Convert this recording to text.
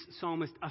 psalmist